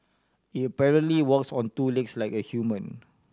it apparently walks on two legs like a human